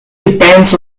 depends